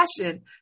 passion